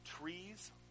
Trees